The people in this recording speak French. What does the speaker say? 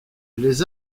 les